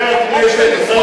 חבר הכנסת,